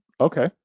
Okay